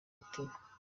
mutima